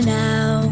now